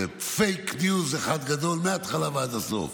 פייק ניוז אחד גדול מההתחלה ועד הסוף.